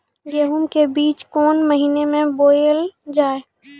गेहूँ के बीच कोन महीन मे बोएल जाए?